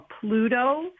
Pluto